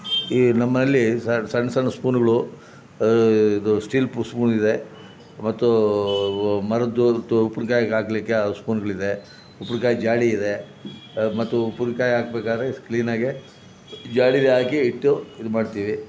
ಈ ನಮ್ಮಲ್ಲಿ ಸಣ್ಣ ಸಣ್ಣ ಸ್ಪೂನುಗಳು ಇದು ಸ್ಟೀಲ್ ಪು ಸ್ಪೂನ್ ಇದೆ ಮತ್ತು ಮರದ್ದು ಉಪ್ಪಿನ್ಕಾಯ್ಗೆ ಹಾಕ್ಲಿಕ್ಕೆ ಆ ಸ್ಪೂನುಗಳಿದೆ ಉಪ್ಪಿನ್ಕಾಯಿ ಜಾಡಿ ಇದೆ ಮತ್ತು ಉಪ್ಪಿನ್ಕಾಯಿ ಹಾಕ್ಬೇಕಾದ್ರೆ ಕ್ಲೀನಾಗೆ ಜಾಡಿಲೆ ಹಾಕಿ ಇಟ್ಟು ಇದು ಮಾಡ್ತೀವಿ